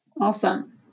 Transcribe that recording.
Awesome